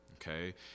Okay